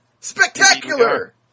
Spectacular